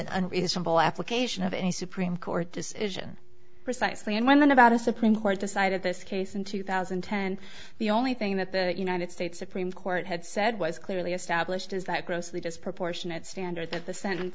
an unreasonable application of any supreme court decision precisely and one about a supreme court decided this case in two thousand and ten the only thing that the united states supreme court had said was clearly established is that grossly disproportionate standard of the sent